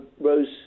rose